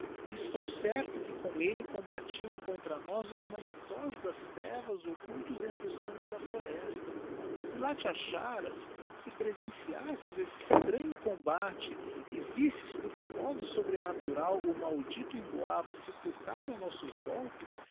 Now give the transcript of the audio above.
e estou certo que cora elle combatiam contra nós os manitós das trevas occultos entre os ramos da floresta se lá te acharas se presenciasses esse estranho combate e visses por que modo sobrenatural o maldito emboaba se furtava a nossos golpes